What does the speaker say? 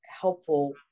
helpful